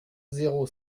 zéro